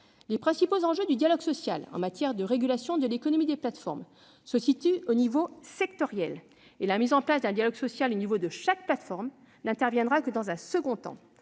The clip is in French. Les principaux enjeux du dialogue social en matière de régulation de l'économie des plateformes se situent au niveau sectoriel. La mise en place d'un dialogue social au niveau de chaque plateforme n'interviendra que dans un second temps.